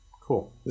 cool